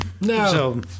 No